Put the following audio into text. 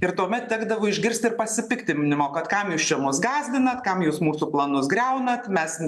ir tuomet tekdavo išgirsti ir pasipiktinimo kad kam jūs čia mus gąsdinat kam jūs mūsų planus griaunat mes